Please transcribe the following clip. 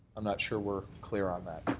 i'm not sure we're clear on that.